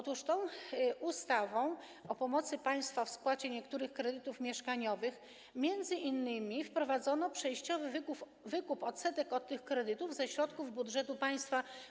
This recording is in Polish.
Otóż tą ustawą o pomocy państwa w spłacie niektórych kredytów mieszkaniowych m.in. wprowadzono przejściowy wykup odsetek od tych kredytów ze środków budżetu państwa.